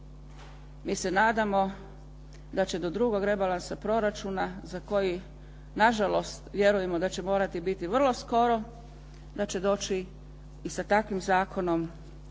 Mi se nadamo da će do drugog rebalansa proračuna, za koji na žalost vjerujemo da će morati biti vrlo skoro da će doći i sa takvim zakonom,